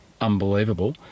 unbelievable